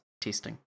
testing